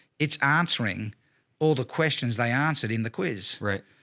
it's answering all the questions they answered in the quiz, right?